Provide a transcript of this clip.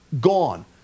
gone